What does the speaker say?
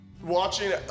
Watching